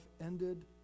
ended